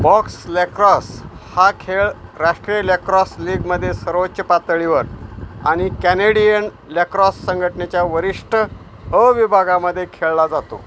box lacrosse हा खेळ राष्ट्रीय लॅक्रॉस लीगमध्ये सर्वोच्च पातळीवर आणि कॅनेडियन ल्यॅक्रॉस संघटनेच्या वरिष्ठ अ विभागामध्ये खेळला जातो